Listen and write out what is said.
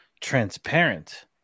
transparent